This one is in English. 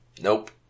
Nope